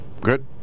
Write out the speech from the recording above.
Good